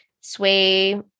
sway